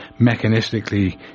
mechanistically